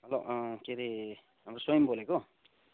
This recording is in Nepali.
हेलो अँ के अरे हाम्रो स्वयम बोलेको